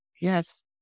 Yes